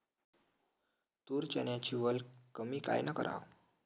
तूर, चन्याची वल कमी कायनं कराव?